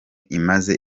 imaze